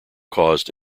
caused